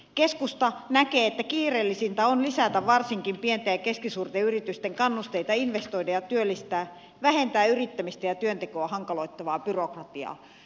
keskusta näkee että kiireellisintä on lisätä varsinkin pienten ja keskisuurten yritysten kannusteita investoida ja työllistää vähentää yrittämistä ja työntekoa hankaloittavaa byrokratiaa